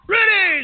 Ready